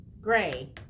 Gray